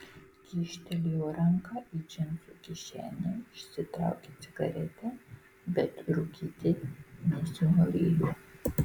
kyštelėjo ranką į džinsų kišenę išsitraukė cigaretę bet rūkyti nesinorėjo